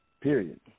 Period